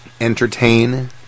entertain